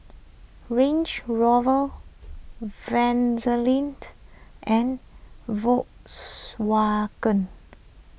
Range Rover Vaseline and Volkswagen